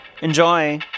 Enjoy